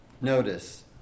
Notice